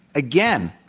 again,